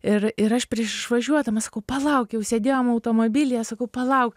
ir ir aš prieš išvažiuodama sakau palauk jau sėdėjom automobilyje sakau palauk